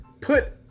Put